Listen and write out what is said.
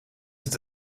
het